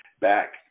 back